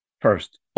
First